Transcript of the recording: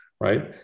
right